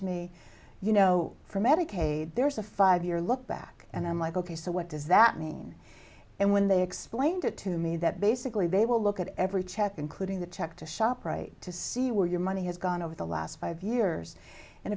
to me you know for medicaid there's a five year look back and i'm like ok so what does that mean and when they explained it to me that basically they will look at every check including the check to shoprite to see where your money has gone over the last five years and